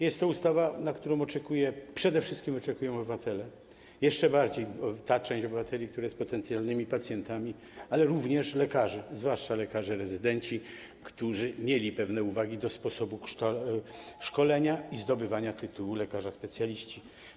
Jest to ustawa, na którą przede wszystkim oczekują obywatele, jeszcze bardziej ta część obywateli, którą stanowią potencjalni pacjenci, ale również lekarze, zwłaszcza lekarze rezydenci, którzy mieli pewne uwagi odnośnie do sposobu szkolenia i zdobywania tytułu lekarza specjalisty.